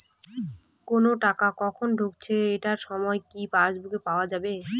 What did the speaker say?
কোনো টাকা কখন ঢুকেছে এটার সময় কি পাসবুকে পাওয়া যাবে?